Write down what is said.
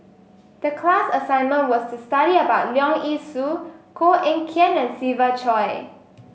the class assignment was to study about Leong Yee Soo Koh Eng Kian and Siva Choy